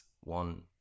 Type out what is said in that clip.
one